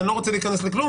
אני לא רוצה להיכנס לכלום,